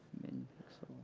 min pixel.